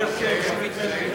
אם כך, אנחנו